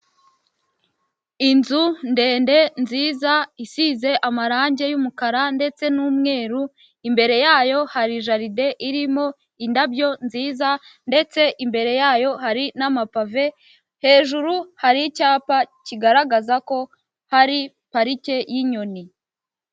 Inzu ndende nziza isize amarange y'umukara ndetse n'umweru, imbere yayo hari jaride irimo indabyo nziza ndetse imbere yayo hari n'amapave, hejuru hari icyapa kigaragaza ko hari parike y'inyoni.